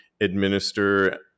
administer